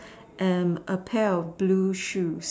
and a pair of blue shoes